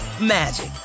magic